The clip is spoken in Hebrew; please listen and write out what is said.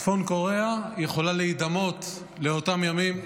צפון קוריאה, יכולה להידמות לאותם ימים.